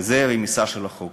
וזו רמיסה של החוק.